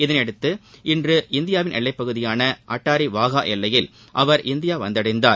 இதையடுத்து இன்று இந்தியாவின் எல்லைப்பகுதியான அடாரி வாகா எல்லையில் இந்தியா வந்தடைந்தார்